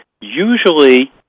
usually